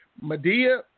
Medea